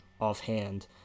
offhand